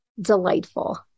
delightful